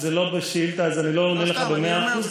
אבל זה לא בשאילתה, אז אני לא עונה לך במאה אחוז.